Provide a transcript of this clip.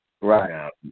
Right